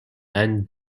and